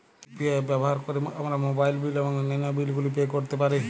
UPI app গুলো ব্যবহার করে আমরা মোবাইল নিল এবং অন্যান্য বিল গুলি পে করতে পারি